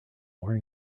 more